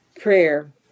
prayer